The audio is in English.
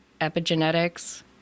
epigenetics